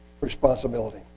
responsibility